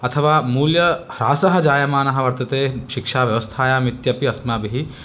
अथवा मूल्यह्रासः जायमानः वर्तते शिक्षाव्यवस्थायामित्यपि अस्माभिः